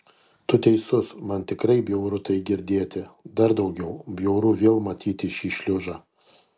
tu teisus man tikrai bjauru tai girdėti dar daugiau bjauru vėl matyti šį šliužą